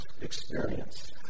experience